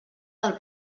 del